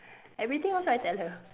everything also I tell her